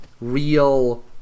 real